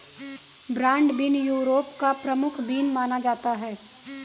broad bean Europe का प्रमुख bean माना जाता है